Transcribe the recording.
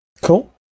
Cool